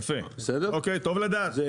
אה יפה אוקי טוב לדעת,